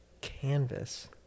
Canvas